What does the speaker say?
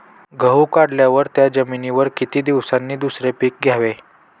गहू काढल्यावर त्या जमिनीवर किती दिवसांनी दुसरे पीक घ्यावे?